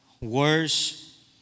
worse